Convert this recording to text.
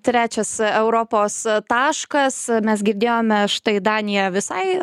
trečias europos taškas mes girdėjome štai danija visai